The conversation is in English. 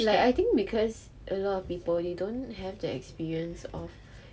like I think because a lot of people you don't have that experience of